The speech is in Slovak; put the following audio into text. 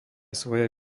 svoje